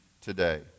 today